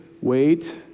wait